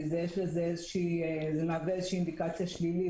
כי זה מהווה איזו שהיא אינדיקציה שלילית